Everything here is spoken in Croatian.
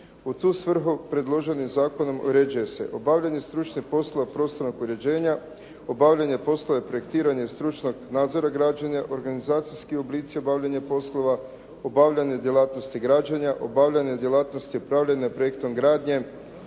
U tu svrhu predloženim zakonom uređuje se obavljanje stručnih poslova prostornog uređenja, obavljanje poslova projektiranja i stručnog nadzora građenja, organizacijski oblici obavljanja poslova, obavljanje djelatnosti građenja, obavljanje djelatnosti upravljanja projektom gradnje.